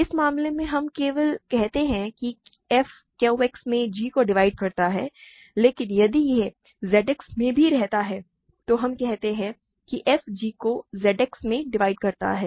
इस मामले में हम केवल कहते हैं कि f QX में g को डिवाइड करता है लेकिन यदि यह ZX में भी रहता है तो हम कहते हैं कि f g को Z X में डिवाइड करता है